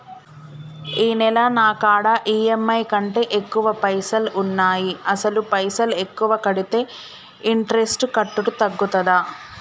ఈ నెల నా కాడా ఈ.ఎమ్.ఐ కంటే ఎక్కువ పైసల్ ఉన్నాయి అసలు పైసల్ ఎక్కువ కడితే ఇంట్రెస్ట్ కట్టుడు తగ్గుతదా?